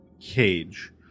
cage